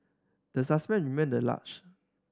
the suspect remained large